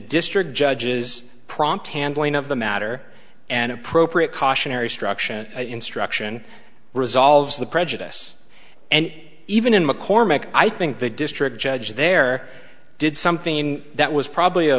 district judges prompt handling of the matter an appropriate cautionary struction instruction resolves the prejudice and even in mccormick i think the district judge there did something that was probably a